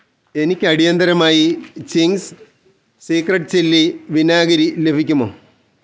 എനിക്ക് അടിയന്തിരമായി Ching's secret chilli വിനാഗിരി ലഭിക്കുമോ